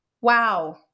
Wow